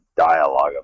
dialogue